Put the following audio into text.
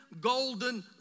golden